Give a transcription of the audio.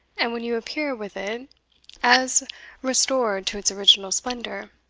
and when you appear with it as restored to its original splendour,